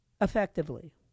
effectively